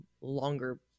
longer